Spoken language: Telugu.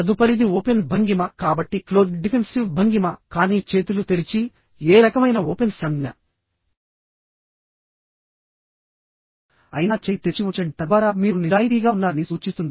తదుపరిది ఓపెన్ భంగిమ కాబట్టి క్లోజ్డ్ డిఫెన్సివ్ భంగిమ కానీ చేతులు తెరిచి ఏ రకమైన ఓపెన్ సంజ్ఞ అయినా చేయి తెరిచి ఉంచండి తద్వారా మీరు నిజాయితీగా ఉన్నారని సూచిస్తుంది